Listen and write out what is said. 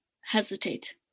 hesitate